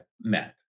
met